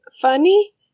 funny